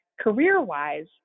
career-wise